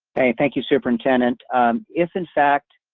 okay, thank you, superintendent. umm if in fact,